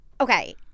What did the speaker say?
Okay